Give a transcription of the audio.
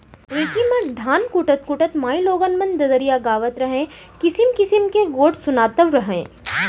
ढेंकी म धान कूटत कूटत माइलोगन मन ददरिया गावत रहयँ, किसिम किसिम के गोठ सुनातव रहयँ